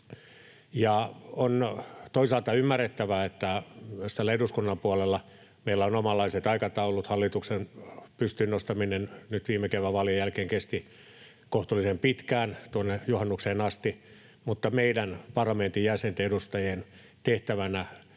On toisaalta ymmärrettävää, että myös täällä eduskunnan puolella meillä on omanlaiset aikataulut. Hallituksen pystyyn nostaminen nyt viime kevään vaalien jälkeen kesti kohtuullisen pitkään, tuonne juhannukseen asti, mutta meidän parlamentin jäsenten, edustajien, tehtävänä